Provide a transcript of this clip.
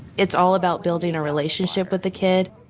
it's all about building a relationship with the kids.